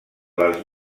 les